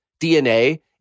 DNA